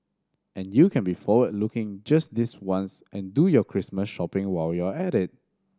and you can be forward looking just this once and do your Christmas shopping while you're at it